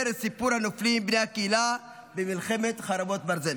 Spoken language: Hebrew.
את סיפור הנופלים בני הקהילה במלחמת חרבות ברזל,